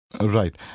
Right